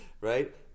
right